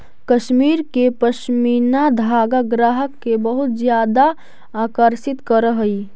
कश्मीर के पशमीना धागा ग्राहक के बहुत ज्यादा आकर्षित करऽ हइ